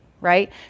right